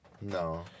No